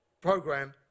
program